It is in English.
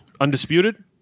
Undisputed